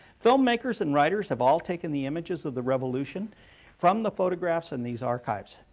filmmakers and writers have all taken the images of the revolution from the photographs in these archives,